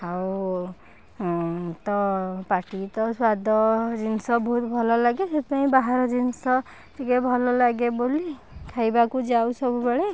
ଆଉ ତ ପାଟିକି ତ ସ୍ୱାଦ ଜିନଷ ବହୁତ ଭଲ ଲାଗେ ସେଇଥିପାଇଁ ବାହାର ଜିନଷ ଟିକେ ଭଲ ଲାଗେ ବୋଲି ଖାଇବାକୁ ଯାଉ ସବୁବେଳେ